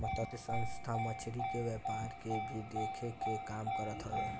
मतस्य संस्था मछरी के व्यापार के भी देखे के काम करत हवे